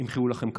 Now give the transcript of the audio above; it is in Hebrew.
ימחאו לכם כפיים.